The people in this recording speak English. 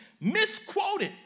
misquoted